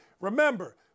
Remember